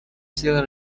still